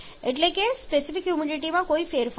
એટલે કે સ્પેસિફિક હ્યુમિડિટીમાં કોઈ ફેરફાર થતો નથી